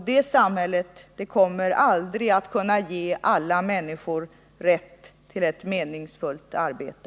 Det samhället kommer aldrig att kunna ge alla människor rätt till ett meningsfullt arbete.